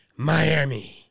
Miami